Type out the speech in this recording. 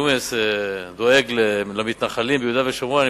כשג'ומס דואג למתנחלים ביהודה ושומרון,